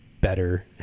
better